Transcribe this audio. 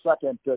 second